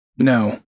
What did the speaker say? No